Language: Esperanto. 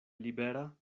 libera